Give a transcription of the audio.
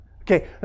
Okay